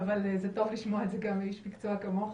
זה טוב לשמוע את זה גם מאיש מקצוע כמוך.